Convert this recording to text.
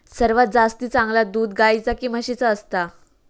सर्वात जास्ती चांगला दूध गाईचा की म्हशीचा असता?